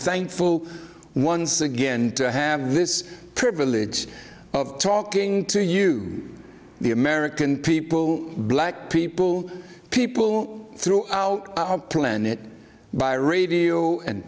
thankful once again to have this privilege of talking to you the american people black people people throughout our planet by radio and